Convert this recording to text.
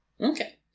Okay